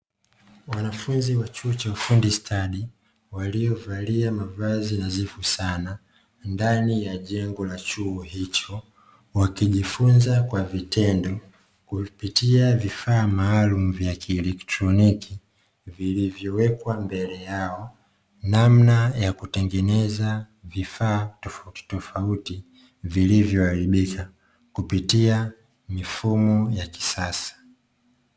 Wanafunzi wa chuo cha ufundi stadi waliovalia mavazi nadhifu sana ndani ya jengo la chuo hicho wakijifunza kwa vitendo kupitia vifaa maalumu vya kielektroniki vilivyowekwa mbele yao, namna ya kutengeneza vifaa tofauti tofauti vilivyoharibika kupitia mifumo ya kisasa.